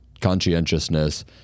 conscientiousness